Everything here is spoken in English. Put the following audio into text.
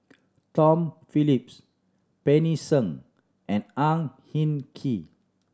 Tom Phillips Pancy Seng and Ang Hin Kee